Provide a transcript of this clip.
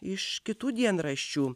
iš kitų dienraščių